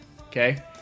Okay